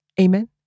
Amen